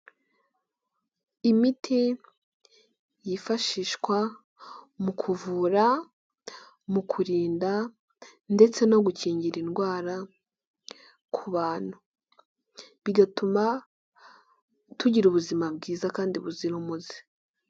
Imiti yifashishwa mu kuvura, mu kurinda ndetse no gukingira indwara ku bantu bigatuma tugira ubuzima bwiza kandi buzira umuze.